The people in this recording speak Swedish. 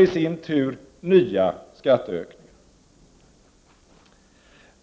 i sin tur alstrar nya skattehöjningar.